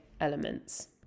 elements